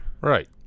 Right